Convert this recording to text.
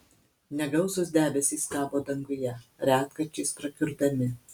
negausūs debesys kabo danguje retkarčiais prakiurdami